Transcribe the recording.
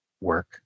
work